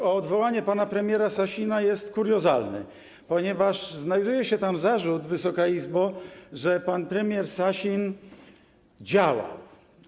Wasz wniosek o odwołanie pana premiera Sasina jest kuriozalny, ponieważ znajduje się tam zarzut, Wysoka Izbo, że pan premier Sasin działał.